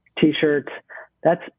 T-shirts—that's